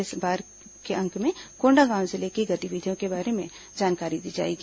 इस बार के अंक में कोंडागांव जिले की गतिविधियों के बारे में जानकारी दी जाएगी